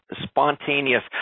spontaneous